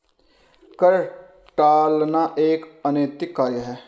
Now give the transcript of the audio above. कर टालना एक अनैतिक कार्य है